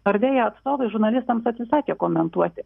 nordea atstovai žurnalistams atsisakė komentuoti